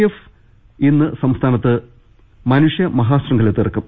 F ഇന്ന് സംസ്ഥാനത്ത് മനുഷ്യ മഹാ ശൃംഖല തീർക്കും